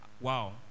Wow